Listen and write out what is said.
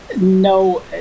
No